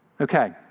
Okay